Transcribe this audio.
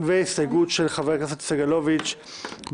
חבר הכנסת סגלוביץ'